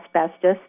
asbestos